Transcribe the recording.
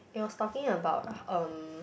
it was talking about um